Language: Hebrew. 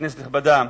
כנסת נכבדה,